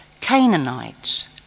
Canaanites